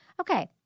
Okay